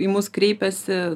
į mus kreipiasi